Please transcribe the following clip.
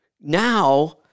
Now